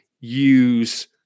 use